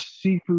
seafood